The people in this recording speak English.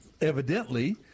evidently